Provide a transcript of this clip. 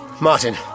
Martin